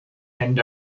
end